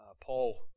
Paul